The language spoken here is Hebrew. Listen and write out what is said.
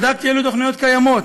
בדקתי אילו תוכניות קיימות,